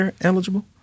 eligible